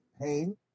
pain